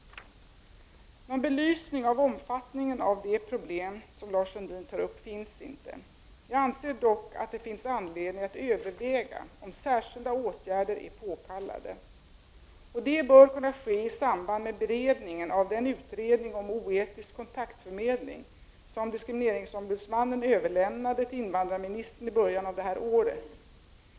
Någon belysning av omfattningen av det problem som Lars Sundin tar upp finns inte. Jag anser dock att det finns anledning att överväga om särskilda åtgärder är påkallade. Detta bör kunna ske i samband med beredningen av den utredning om oetisk kontaktförmedling som diskrimineringsombudsmannen överlämnade till invandrarministern i början av detta år.